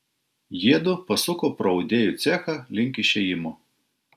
jiedu pasuko pro audėjų cechą link išėjimo